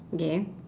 okay